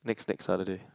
next next Saturday